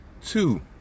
two